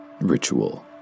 Ritual